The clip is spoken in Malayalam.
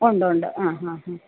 ഉണ്ടുണ്ട് ആ ഹാ ഹാ